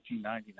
1999